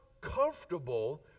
Comfortable